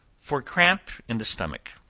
for cramp in the stomach.